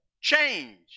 change